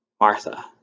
Martha